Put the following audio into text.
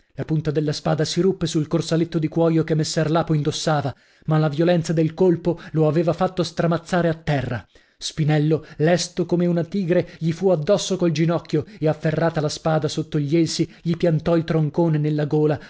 la punta della spada si ruppe sul corsaletto di cuoio che messer lapo indossava ma la violenza del colpo lo aveva fatto stramazzare a terra spinello lesto come una tigre gli fu addosso col ginocchio e afferrata la spada sotto gli elsi gli piantò il troncone nella gola